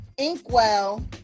Inkwell